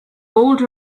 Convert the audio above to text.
bold